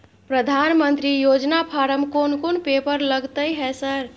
प्रधानमंत्री योजना फारम कोन कोन पेपर लगतै है सर?